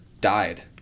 died